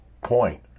point